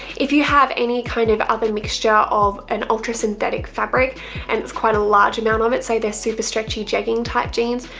if you have any kind of other mixture of an ultra synthetic fabric and it's quite a large amount of it, say they're super stretchy jegging type jeans,